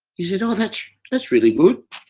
he said oh that's, that's really good.